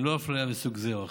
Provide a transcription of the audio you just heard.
ללא אפליה מסוג זה או אחר.